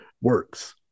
works